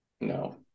no